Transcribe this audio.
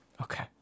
Okay